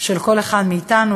של כל אחד מאתנו.